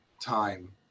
time